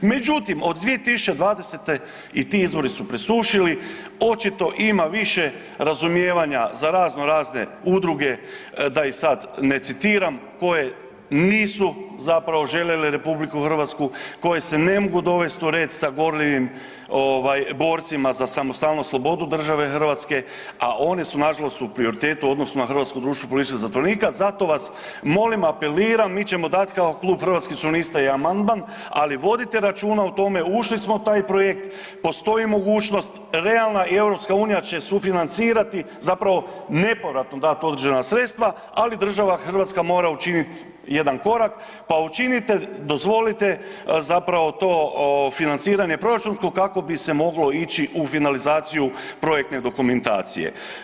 Međutim od 2020. i ti izvori su presušili, očito ima više razumijevanja za razno razne udruge da ih sad ne citiram koje nisu zapravo željele RH, koje se ne mogu dovesti u red sa gorljivim ovaj borcima za samostalnost i slobodu države Hrvatske, a one su naše se u prioritetu u odnosu na Hrvatsko društvo političkih zatvorenika zato vas molim, apeliram mi ćemo dati kao Klub Hrvatskih suverenista i amandman, ali vodite računa o tome, ušli smo u taj projekt, postoji mogućnost realna i EU će sufinancirati, zapravo nepovratno dati određena sredstva ali država Hrvatska mora učiniti jedan korak, pa učinite, dozvolite zapravo to financiranje proračunsko kako bi se moglo ići u finalizaciju projektne dokumentacije.